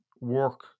work